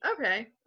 okay